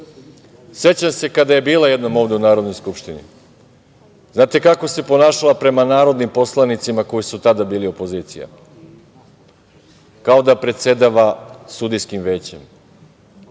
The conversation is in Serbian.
Sećam se kada je bila jednom ovde u Narodnoj skupštini. Znate kako se ponašala prema narodnim poslanicima koji su tada bili opozicija? Kao da predsedava sudijskim većem.